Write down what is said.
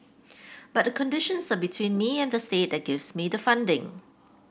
but the conditions are between me and the state that gives me the funding